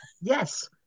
Yes